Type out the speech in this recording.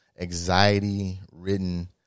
anxiety-ridden